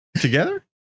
together